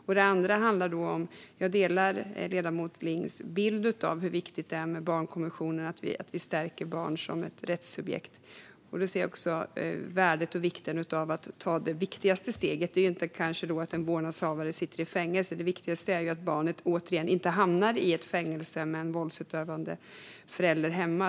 Jag vill även ta upp en annan sak. Jag delar ledamoten Lings bild av hur viktigt det är med barnkonventionen och att vi stärker barn som rättssubjekt. Jag ser också värdet och vikten av att ta det viktigaste steget, som kanske inte är att en vårdnadshavare sätts i fängelse; det viktigaste är ju att barnet inte återigen hamnar i ett "fängelse" med en våldsutövande förälder hemma.